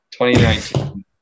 2019